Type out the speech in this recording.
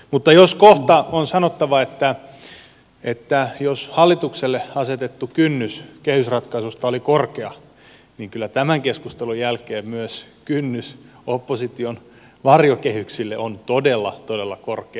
mutta jos kohta on sanottava että jos hallitukselle asetettu kynnys kehysratkaisusta oli korkea niin kyllä tämän keskustelun jälkeen myös kynnys opposition varjokehyksille on todella todella korkea